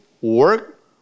work